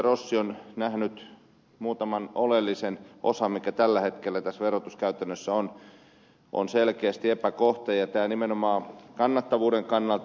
rossi on nähnyt muutaman oleellisen osan mikä tällä hetkellä tässä verotuskäytännössä on selkeästi epäkohta nimenomaan kannattavuuden kannalta